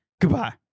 Goodbye